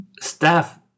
staff